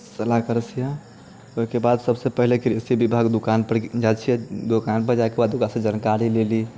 सलाह करै छियै ओइके सबसँ पहिले कृषि विभाग दोकानपर जाइ छियै दोकानपर जाइके बाद ओकरासँ जानकारी लेली